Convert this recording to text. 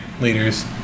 leaders